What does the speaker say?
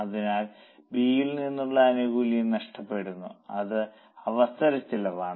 അതിനാൽ ബി യിൽ നിന്നുള്ള ആനുകൂല്യം നഷ്ടപ്പെടുന്നു അത് അവസര ചെലവാണ്